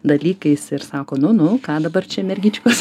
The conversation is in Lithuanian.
dalykais ir sako nu nu ką dabar čia mergičkos